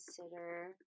consider